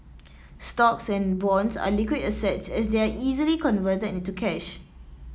stocks and bonds are liquid assets as they are easily converted into cash